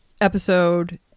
episode